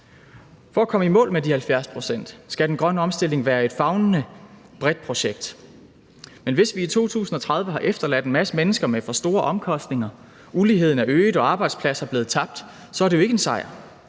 For at komme i mål med de 70 pct. skal den grønne omstilling være et favnende og bredt projekt. Men hvis vi i 2030 har efterladt en masse mennesker med for store omkostninger, hvor uligheden er øget og arbejdspladser blevet tabt, er det jo ikke en sejr.